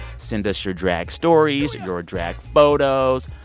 send us your drag stories, your drag photos,